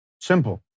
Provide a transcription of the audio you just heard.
simple